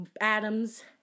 Adams